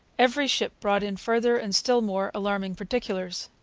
every ship brought in further and still more alarming particulars.